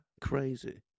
Crazy